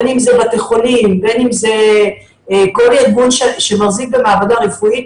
בין אם זה בית חולים וכל ארגון שמחזיק במעבדה רפואית,